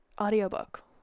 audiobook